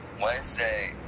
Wednesday